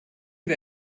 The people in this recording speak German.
wir